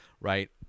right